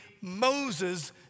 Moses